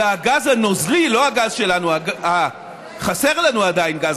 והגז הנוזלי, לא הגז שלנו, חסר לנו עדיין גז,